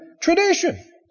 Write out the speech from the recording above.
tradition